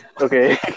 Okay